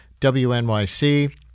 WNYC